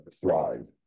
Thrive